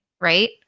right